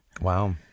Wow